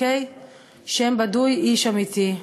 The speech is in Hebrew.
שם בדוי, איש אמיתי.